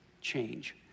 change